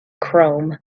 chrome